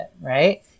Right